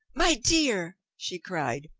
my dear! she cried,